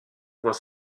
voit